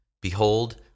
Behold